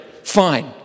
fine